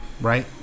right